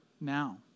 now